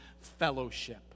fellowship